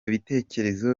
bitekerezo